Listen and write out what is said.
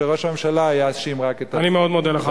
שראש הממשלה יאשים רק את עצמו.